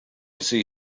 see